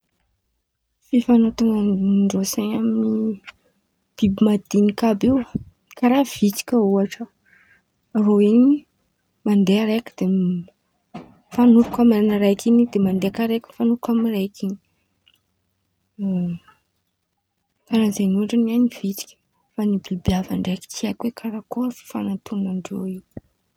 Fifan̈atôn̈andreo sain̈y amy biby madin̈iky àby io, karàha vitsiky ôhatra, irô in̈y mandeha raiky de m- mifan̈ôroko amy araiky in̈y de mandeha kà raiky mifan̈ôroko amy araiky in̈y, karàha zen̈y ôhatra hain̈y vitsiky fa biby afa ndraiky tsy haiko karakôry fifan̈atônandreo io.